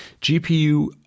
GPU